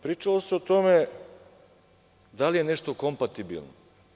Pričalo se o tome da li je nešto kompatibilno.